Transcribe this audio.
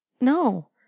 No